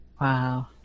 wow